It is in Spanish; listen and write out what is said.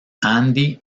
andy